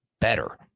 better